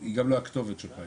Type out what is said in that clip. היא גם לא הכתובת שלך,